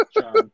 John